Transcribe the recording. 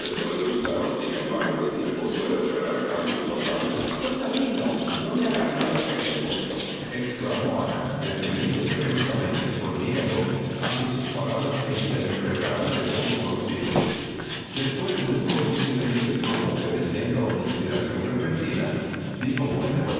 no le gustaban sin embargo el tiempo suele operar cambios notables pues a mí no me ha cambiado hasta ese puntoexclamó ana deteniéndose bruscamente por miedo a que sus palabras se interpretaran de modo torcido i después de un corto silencio y como obedeciendo a una insph ación repentina